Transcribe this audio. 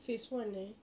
phase one eh